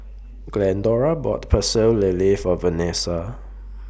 Glendora bought Pecel Lele For Vanesa